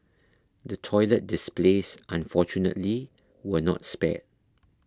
the toilet displays unfortunately were not spared